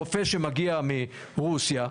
רופא שמגיע מרוסיה,